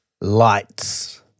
lights